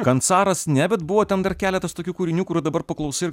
kancaras ne bet buvo ten dar keletas tokių kūrinių kurių dabar paklausai ir